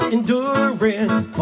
Endurance